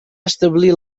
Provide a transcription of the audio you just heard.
establir